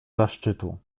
zaszczytu